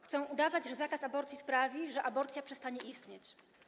Chcą państwo udawać, że zakaz aborcji sprawi, że aborcja przestanie istnieć.